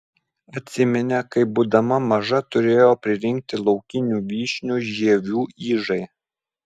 atsiminė kai būdama maža turėjo pririnkti laukinių vyšnių žievių ižai